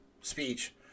speech